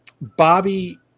Bobby